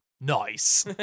Nice